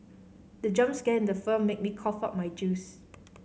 the jump scare in the film made me cough out my juice